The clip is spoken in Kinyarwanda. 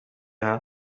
aha